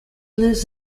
lives